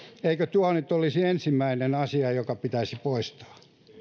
eikö tuo nyt olisi ensimmäinen asia joka pitäisi poistaa